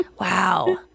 Wow